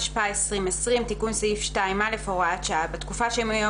התשפ"א 2020 תיקון סעיף 2א הוראת שעה 1. בתקופה שמיום